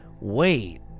wait